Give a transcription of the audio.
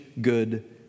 good